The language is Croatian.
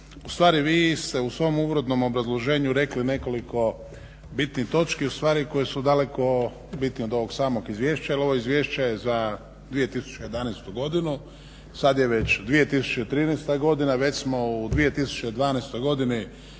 ustvari vi se u svom uvodnom obrazloženju rekli nekoliko bitnih točki ustvari koje su daleko bitnije od ovog samog izvješća, jer ovo izvješće je za 2011. godinu sad je već 2013. godina, već smo u 2012. godini